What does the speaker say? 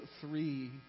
three